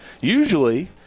Usually